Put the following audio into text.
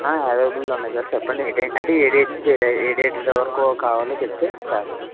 ఆ అవైలబుల్లో ఉన్నాయి సార్ చెప్పండి అంటే ఏ డేట్ నుంచి ఏ డేట్ వరకూ కావాలో చెప్తే చేస్తాం